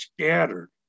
scattered